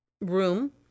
room